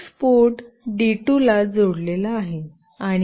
TX port D 2 ला जोडलेला आहे